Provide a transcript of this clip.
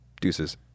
Deuces